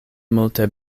multe